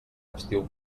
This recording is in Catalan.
estiu